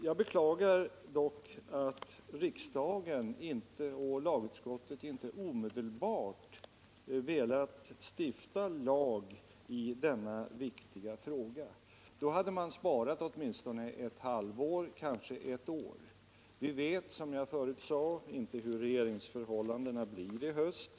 Jag beklagar dock att riksdagen och lagutskottet inte omedelbart velat stifta lag i denna viktiga fråga. Då hade man sparat åtminstone ett halvår, kanske ett år. Vi vet, som jag förut sade, inte hur regeringsförhållandena blir i höst.